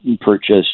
purchase